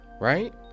Right